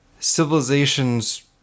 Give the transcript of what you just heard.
civilization's